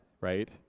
right